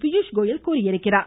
பியூஷ்கோயல் தெரிவித்துள்ளார்